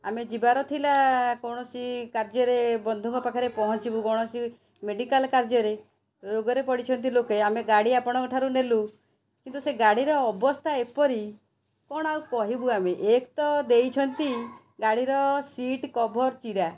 ଆମେ ଯିବାର ଥିଲା କୌଣସି କାର୍ଯ୍ୟରେ ବନ୍ଧୁଙ୍କପାଖରେ ପହଞ୍ଚିବୁ କୌଣସି ମେଡ଼ିକାଲ କାର୍ଯ୍ୟରେ ରୋଗରେ ପଡ଼ିଛନ୍ତି ଲୋକେ ଆମେ ଗାଡ଼ି ଆପଣଙ୍କଠୁ ନେଲୁ କିନ୍ତୁ ସେ ଗାଡ଼ିର ଅବସ୍ଥା ଏପରି କ'ଣ ଆଉ କହିବୁ ଆମେ ଏକ ତ ଦେଇଛନ୍ତି ଗାଡ଼ିର ସିଟ୍ କଭର୍ ଚିରା